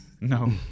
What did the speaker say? No